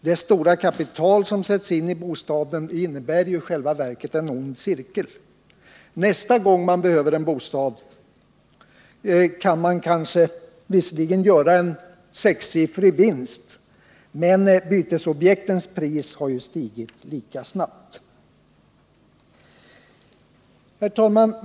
Det stora kapital som sätts in i bostaden leder ju i själva verket till en ond cirkel. Nästa gång man behöver en bostad kan man visserligen göra en sexsiffrig vinst kanske, men bytesobjektens pris har ju stigit lika snabbt. Herr talman!